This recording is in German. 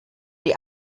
die